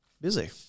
Busy